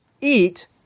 eat